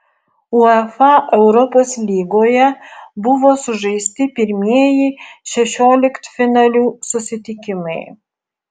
uefa europos lygoje buvo sužaisti pirmieji šešioliktfinalių susitikimai